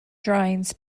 drawings